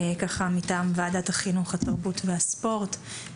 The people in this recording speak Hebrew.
מטעם ועדת החינוך, התרבות והספורט.